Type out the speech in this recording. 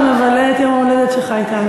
אז תודה שאתה מבלה את יום ההולדת שלך אתנו.